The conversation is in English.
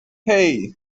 hey